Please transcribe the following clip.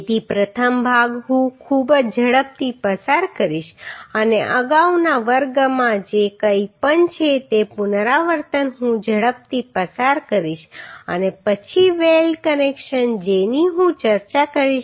તેથી પ્રથમ ભાગ હું ખૂબ જ ઝડપથી પસાર કરીશ અને અગાઉના વર્ગમાં જે કંઈપણ છે તે પુનરાવર્તન હું ઝડપથી પસાર કરીશ અને પછી વેલ્ડ કનેક્શન જેની હું ચર્ચા કરીશ